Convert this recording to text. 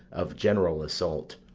of general assault.